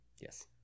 Yes